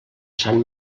sant